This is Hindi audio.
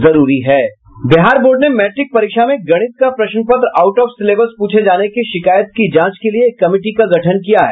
बिहार बोर्ड ने मैट्रिक परीक्षा में गणित का प्रश्न पत्र आउट ऑफ सिलेबस पूछे जाने की शिकायत की जांच के लिए एक कमिटी का गठन किया है